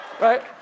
Right